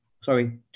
sorry